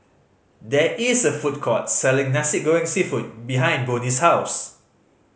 there is a food court selling Nasi Goreng Seafood behind Bonny's house